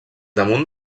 damunt